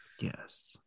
Yes